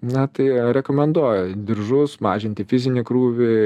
na tai rekomenduoju diržus mažinti fizinį krūvį